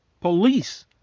Police